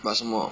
but 什么